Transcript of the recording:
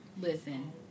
Listen